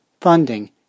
funding